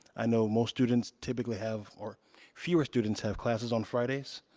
i know most students typically have or fewer students have classes on fridays.